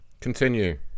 Continue